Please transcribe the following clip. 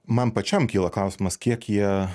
man pačiam kyla klausimas kiek jie